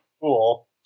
cool